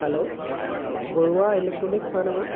hello Baruah electronics হয়নে বাৰু